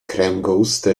kręgouste